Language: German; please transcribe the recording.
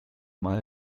mal